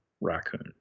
raccoon